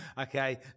Okay